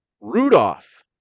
Rudolph